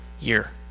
year